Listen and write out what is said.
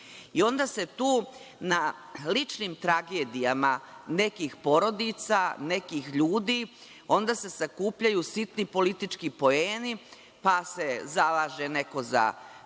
I onda se tu na ličnim tragedijama nekih porodica, nekih ljudi, sakupljaju sitni politički poeni, pa se zalaže neko za tzv.